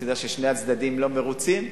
תדע ששני הצדדים לא מרוצים,